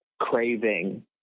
craving